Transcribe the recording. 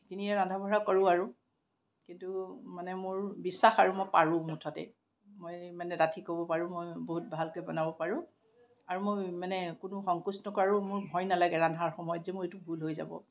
সেইখিনিয়ে ৰান্ধা বঢ়া কৰোঁ আৰু কিন্তু মানে মোৰ বিশ্বাস আৰু মই পাৰোঁ মুঠতে মই মানে ডাঠি ক'ব পাৰোঁ মই বহুত ভালকৈ বনাব পাৰোঁ আৰু মই মানে কোনো সংকোচ নকৰোঁ আৰু মোৰ ভয় নালাগে ৰান্ধাৰ সময়ত যে মোৰ এইটো ভুল হৈ যাব